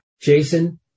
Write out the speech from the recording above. Jason